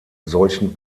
solchen